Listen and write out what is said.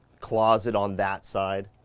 closet on that side,